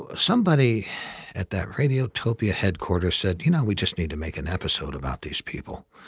ah somebody at that radio topia headquarters said, you know, we just need to make an episode about these people.